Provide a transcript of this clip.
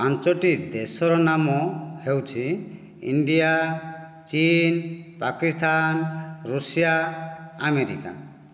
ପାଞ୍ଚଟି ଦେଶର ନାମ ହେଉଛି ଇଣ୍ଡିଆ ଚୀନ ପାକିସ୍ତାନ ଋଷିଆ ଆମେରିକା